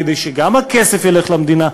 כדי שגם הכסף ילך למדינה,